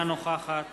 אינה נוכחת